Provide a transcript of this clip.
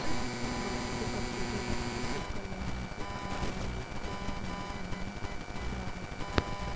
लौकी के पत्ते के रस को सिर पर लगाने से खालित्य या गंजेपन में लाभ होता है